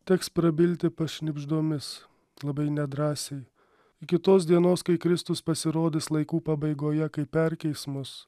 teks prabilti pašnibždomis labai nedrąsiai iki tos dienos kai kristus pasirodys laikų pabaigoje kai perkeis mus